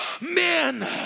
men